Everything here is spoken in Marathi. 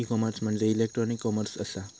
ई कॉमर्स म्हणजे इलेक्ट्रॉनिक कॉमर्स असा